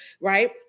right